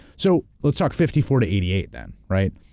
so let's talk fifty four to eighty eight, then, right.